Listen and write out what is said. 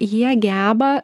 jie geba